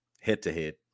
head-to-head